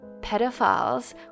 pedophiles